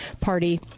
party